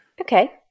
Okay